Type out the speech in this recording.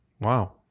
Wow